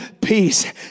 peace